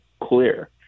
clear